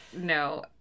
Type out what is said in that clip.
No